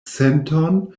senton